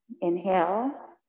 Inhale